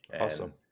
Awesome